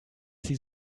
sie